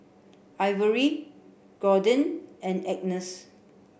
Ivory Jordyn and Agnes